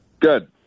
Good